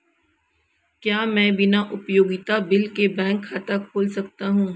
क्या मैं बिना उपयोगिता बिल के बैंक खाता खोल सकता हूँ?